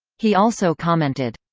he also commented,